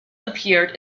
appeared